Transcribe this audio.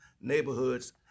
neighborhoods